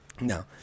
No